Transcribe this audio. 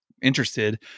interested